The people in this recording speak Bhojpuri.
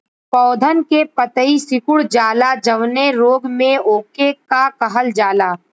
पौधन के पतयी सीकुड़ जाला जवने रोग में वोके का कहल जाला?